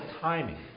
timing